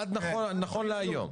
עד נכון להיום.